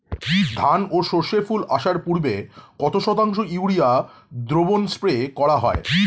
ধান ও সর্ষে ফুল আসার পূর্বে কত শতাংশ ইউরিয়া দ্রবণ স্প্রে করা হয়?